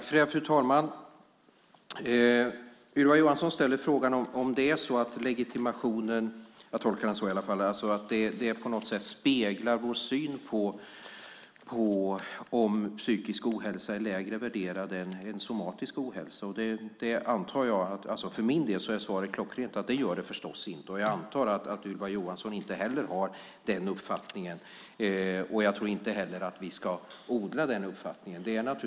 Fru talman! Ylva Johansson ställer frågan, jag tolkar den så i alla fall, om legitimationen på något sätt speglar vår syn på psykisk ohälsa och att den är lägre värderad än somatisk ohälsa. För min del är svaret klockrent: Det gör det förstås inte. Jag antar att Ylva Johansson inte heller har den uppfattningen. Jag tror inte heller att vi ska odla den uppfattningen.